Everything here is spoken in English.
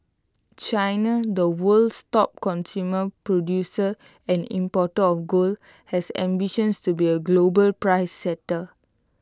China the world's top consumer producer and importer of gold has ambitions to be A global price setter